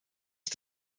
ich